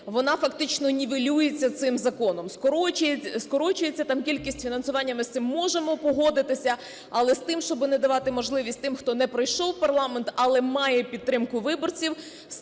вона фактично нівелюється цим законом. Скорочується там кількість фінансування, ми з цим можемо погодитися, але з тим, щоб не давати можливість тим, хто не пройшов у парламент, але має підтримку виборців,